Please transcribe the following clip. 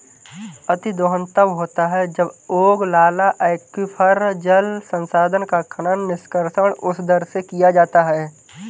अतिदोहन तब होता है जब ओगलाला एक्वीफर, जल संसाधन का खनन, निष्कर्षण उस दर से किया जाता है